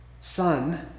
son